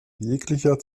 jeglicher